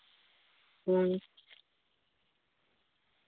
ᱦᱩᱸ